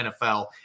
NFL